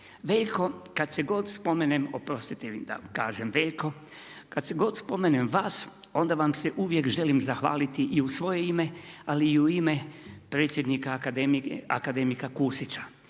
Veljko, kad se god spomenem vas, onda vam se uvijek želim zahvaliti i u svoje ime, ali i u ime predsjednika Akademije Kusića,